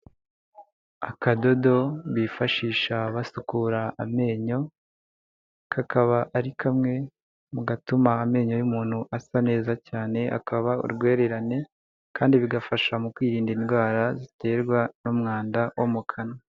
Akadodo bifashisha basukura amenyo kakaba ari kamwe mu gatuma amenyo y'umuntu asa neza cyane akaba urwererane, kandi bigafasha mu kwirinda indwara ziterwa n'umwanda wo mu kanwa.